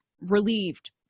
relieved